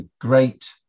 great